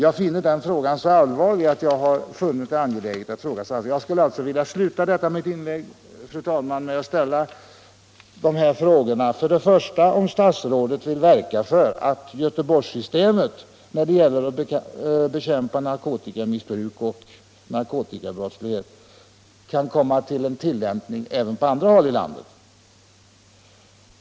Jag anser att denna sak är så allvarlig att jag har funnit det angeläget att fråga statsrådet, och jag skulle vilja sluta detta mitt inlägg, fru talman, med att ställa följande frågor: 1. Vill statsrådet verka för att Göteboörgssystemet niär det gäller att bekämpa narkotikamissbruk och narkotikabrottslighet kan komma att tillämpas även på andra håll i landet?